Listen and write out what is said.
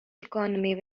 economy